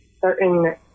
certain